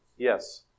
Yes